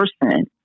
person